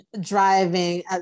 driving